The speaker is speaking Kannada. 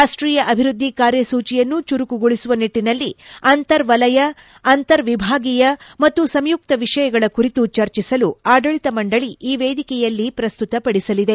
ರಾಷ್ಟೀಯ ಅಭಿವೃದ್ಧಿ ಕಾರ್ಯಸೂಚಿಯನ್ನು ಚುರುಕುಗೊಳಿಸುವ ನಿಟ್ಟನಲ್ಲಿ ಅಂತರ ವಲಯ ಅಂತರ್ ವಿಭಾಗೀಯ ಮತ್ತು ಸಂಯುಕ್ತ ವಿಷಯಗಳ ಕುರಿತು ಚರ್ಜಿಸಲು ಆಡಳಿತ ಮಂಡಳಿ ಈ ವೇದಿಕೆಯಲ್ಲಿ ಪ್ರಸ್ತುತಪಡಿಸಲಿದೆ